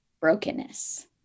brokenness